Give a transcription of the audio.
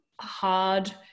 hard